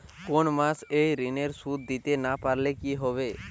কোন মাস এ ঋণের সুধ দিতে না পারলে কি হবে?